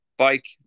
Bike